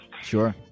Sure